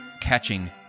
catching